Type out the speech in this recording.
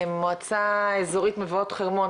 מועצה אזורית מבואות חרמון,